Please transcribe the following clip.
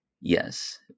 yes